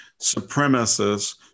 supremacists